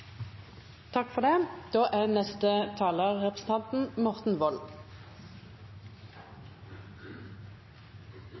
Takk for spørsmålene. Det er